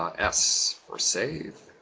um s or save,